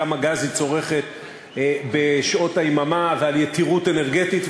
כמה גז היא צורכת בשעות היממה ועל יתירות אנרגטית.